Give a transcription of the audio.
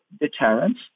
deterrence